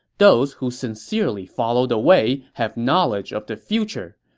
those who sincerely follow the way have knowledge of the future.